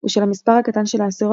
"בשל המספר הקטן של האסירות,